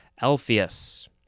Alpheus